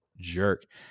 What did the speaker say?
jerk